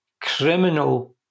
criminal